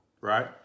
right